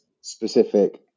specific